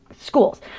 schools